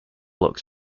looks